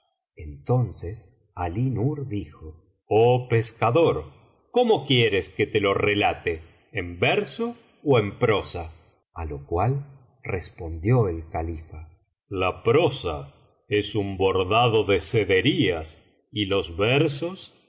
entonces alí nur elijo oh pescador cómo quieres que te lo relate en verso ó en prosa á lo cual respondió el califa la prosa es un bordado de sederías y los versos